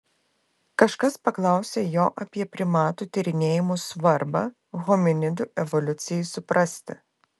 kažkas paklausė jo apie primatų tyrinėjimų svarbą hominidų evoliucijai suprasti